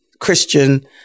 Christian